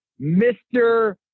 Mr